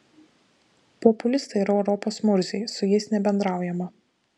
populistai yra europos murziai su jais nebendraujama